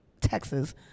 Texas